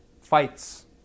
fights